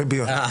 היום,